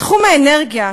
בתחום האנרגיה,